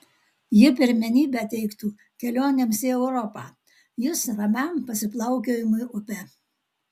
ji pirmenybę teiktų kelionėms į europą jis ramiam pasiplaukiojimui upe